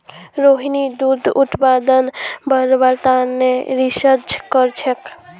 रोहिणी दूध उत्पादन बढ़व्वार तने रिसर्च करछेक